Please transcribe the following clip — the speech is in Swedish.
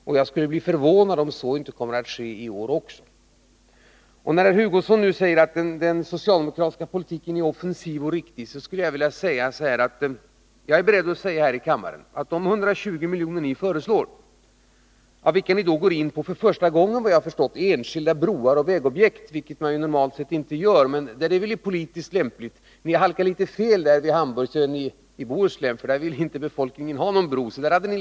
Det skulle förvåna mig om inte det blir fallet också i år. Herr Hugosson säger att den socialdemokratiska politiken är offensiv och riktig, och ni lägger alltså ett förslag som är 120 milj.kr. större än utskottsmajoritetens. Såvitt jag förstår går ni för första gången in på enskilda broar och vägobjekt, vilket man normalt inte gör, men ni tycker väl att det är politiskt lämpligt. Nere i Bohuslän halkade ni litet fel, för där vill inte befolkningen ha någon bro.